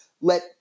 let